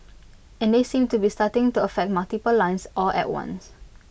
and they seem to be starting to affect multiple lines all at once